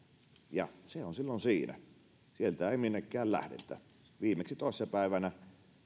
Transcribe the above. ja se on silloin siinä sieltä ei minnekään lähdetä viimeksi toissa päivänä